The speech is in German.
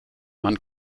man